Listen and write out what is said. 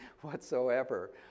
whatsoever